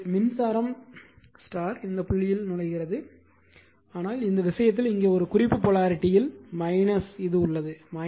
எனவே மின்சாரம் இந்த புள்ளியில் நுழைகிறது ஆனால் இந்த விஷயத்தில் இங்கே ஒரு குறிப்பு போலாரிட்டியில் இது உள்ளது